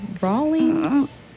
Rawlings